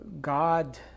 God